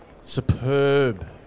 superb